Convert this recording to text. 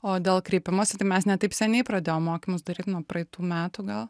o dėl kreipimosi tai mes ne taip seniai pradėjom mokymus daryt nuo praeitų metų gal